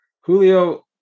Julio